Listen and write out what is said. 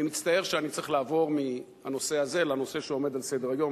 אני מצטער שאני צריך לעבור מהנושא הזה לנושא שעומד על סדר-היום,